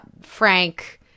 Frank